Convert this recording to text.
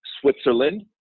Switzerland